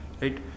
Right